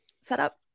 setup